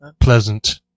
pleasant